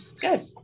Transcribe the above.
good